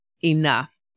enough